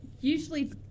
Usually